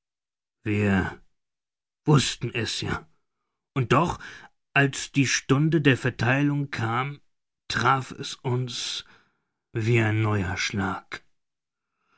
wir wußten es ja und doch als die stunde der vertheilung kam traf es uns wie ein neuer schlag